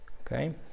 Okay